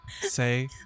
Say